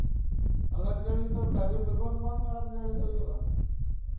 ᱟᱞᱟᱠᱡᱟᱹᱲᱤ ᱫᱚ ᱫᱟᱨᱮ ᱵᱮᱜᱚᱨ ᱵᱟᱝ ᱟᱞᱟᱠᱡᱟᱹᱲᱤ ᱦᱩᱭᱩᱜᱼᱟ